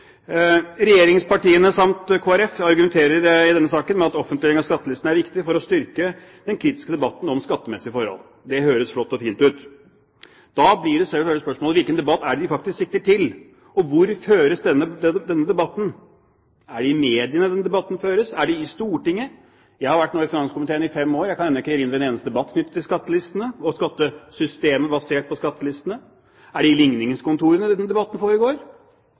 Regjeringspartiene, samt Kristelig Folkeparti, argumenterer i denne saken med at «offentliggjøringen av skattelistene er viktig for å styrke den kritiske debatten om skattemessige forhold». Det høres flott og fint ut! Da blir selvfølgelig spørsmålet hvilken debatt de sikter til, og hvor denne debatten føres. Er det i mediene denne debatten føres? Er det i Stortinget? Jeg har vært i finanskomiteen i fem år – jeg kan ikke erindre en eneste debatt knyttet til skattelistene og skattesystemet, basert på skattelistene. Er det på ligningskontorene denne debatten